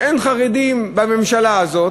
אין חרדים בממשלה הזאת,